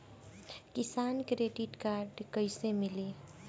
किसान credit card कइसे मिली?